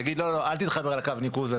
תגיד לו: לא, לא, אל תתחבר לקו הניקוז הזה.